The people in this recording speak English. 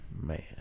man